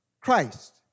Christ